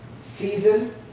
season